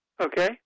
Okay